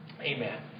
Amen